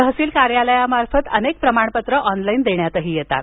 तहसील कार्यालयामार्फत अनेक प्रमाणपत्र ऑनलाइन देण्यातही येतात